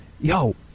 Yo